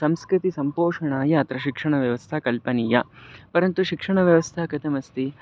संस्कृतेः सम्पोषणाय अत्र शिक्षणव्यवस्था कल्पनीया परन्तु शिक्षणव्यवस्था कथम् अस्ति